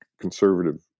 conservative